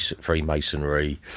Freemasonry